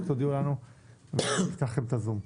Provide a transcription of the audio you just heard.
רק תודיעו לנו ונפתח להם את הזום.